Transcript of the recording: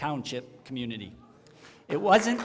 township community it wasn't